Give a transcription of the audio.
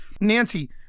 Nancy